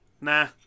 nah